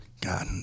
God